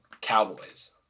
Cowboys